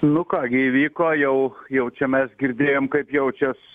nu ką gi įvyko jau jau čia mes girdėjom kaip jaučias